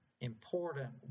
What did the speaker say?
important